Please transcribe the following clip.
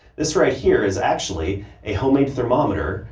this right here is actually a homemade thermometer.